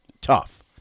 Tough